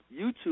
YouTube